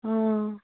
অঁ